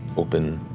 open,